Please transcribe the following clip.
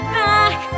back